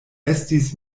estis